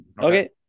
Okay